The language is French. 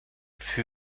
fut